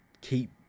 keep